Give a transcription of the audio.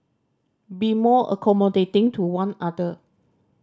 be more accommodating to one other